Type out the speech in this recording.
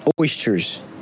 Oysters